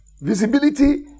Visibility